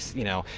you know,